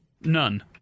None